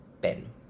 Ben